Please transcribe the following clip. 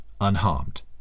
unharmed